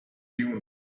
dune